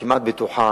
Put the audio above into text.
כמעט בטוחה,